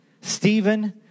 Stephen